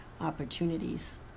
opportunities